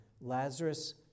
Lazarus